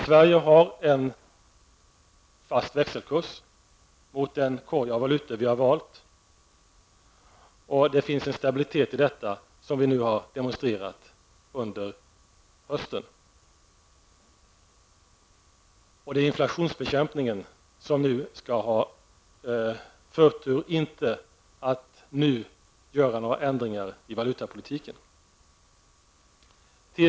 Sverige har en fast växelkurs mot den korg av vuluta som vi har valt, och det finns en stabilitet i detta som vi har demonstrerat under hösten. Det är inflationsbekämpningen som skall ges förtur och inte att nu företa några ändringar i valutapolitiken.